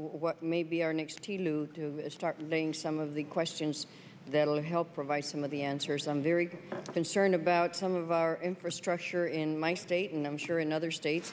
what may be our next starting some of the questions that will help provide some of the answers i'm very concerned about some of our infrastructure in my state and i'm sure in other states